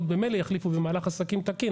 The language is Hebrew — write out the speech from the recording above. ממילא יחליף את התעודה במהלך עסקים רגיל,